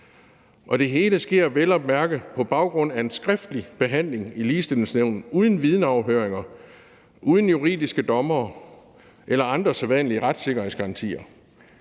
det hele sker vel at mærke på baggrund af en skriftlig behandling i Ligebehandlingsnævnet uden vidneafhøringer, uden juridiske dommere eller andre sædvanlige retssikkerhedsgarantier.